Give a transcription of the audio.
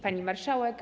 Pani Marszałek!